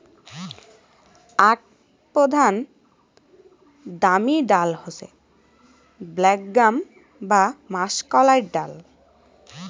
আক প্রধান দামি ডাল হসে ব্ল্যাক গ্রাম বা মাষকলাইর ডাল